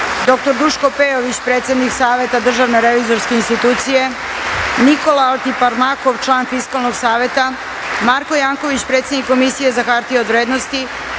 Duško Pejović, predsednik Saveta državne revizorske institucije, Nikola Altipalmarkov, član Fiskalnog saveta, Marko Janković, predsednik Komisije ua hartije od vrednosti,